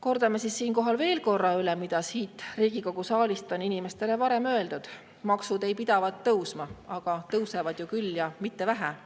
Kordame siinkohal veel üle, mida Riigikogu saalist on inimestele varem öeldud: maksud ei pidavat tõusma. Aga tõusevad ju küll ja mitte vähe.